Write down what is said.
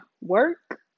work